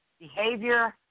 behavior